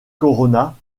corona